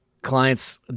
clients